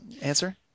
answer